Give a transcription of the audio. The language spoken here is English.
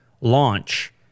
Launch